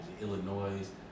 Illinois